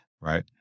right